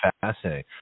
fascinating